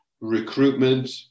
recruitment